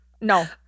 No